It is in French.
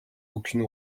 aucune